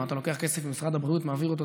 מה, אתה לוקח כסף ממשרד הבריאות ומעביר אותו?